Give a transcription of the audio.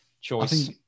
choice